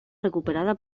recuperada